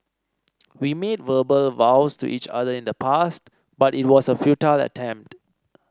we made verbal vows to each other in the past but it was a futile attempt